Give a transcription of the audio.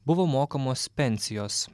buvo mokamos pensijos